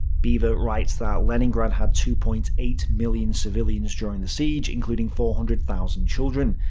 beevor writes that leningrad had two point eight million civilians during the siege, including four hundred thousand children.